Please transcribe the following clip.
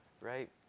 right